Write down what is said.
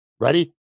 Ready